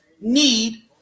need